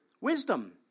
wisdom